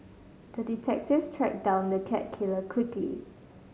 the detective tracked down the cat killer quickly